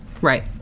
Right